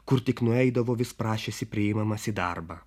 kur tik nueidavo vis prašėsi priimamas į darbą